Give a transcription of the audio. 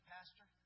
Pastor